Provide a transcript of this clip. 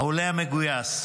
העולה המגויס.